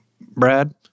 Brad